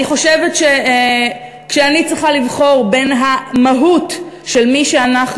אני חושבת שכשאני צריכה לבחור בין המהות של מי שאנחנו